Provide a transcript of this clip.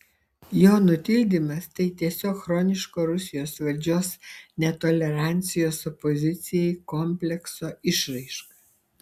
jo nutildymas tai tiesiog chroniško rusijos valdžios netolerancijos opozicijai komplekso išraiška